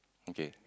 okay